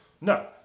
No